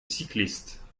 cycliste